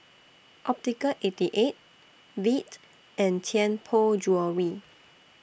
Optical eighty eight Veet and Tianpo Jewellery